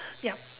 yup